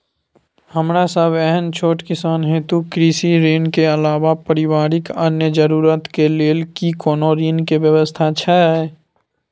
हमरा सब एहन छोट किसान हेतु कृषि ऋण के अलावा पारिवारिक अन्य जरूरत के लेल की कोनो ऋण के व्यवस्था छै?